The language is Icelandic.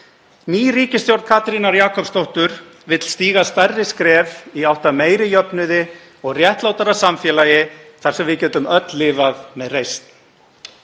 Ný ríkisstjórn Katrínar Jakobsdóttur vill stíga stærri skref í átt að meiri jöfnuði og réttlátara samfélagi þar sem við getum öll lifað með reisn.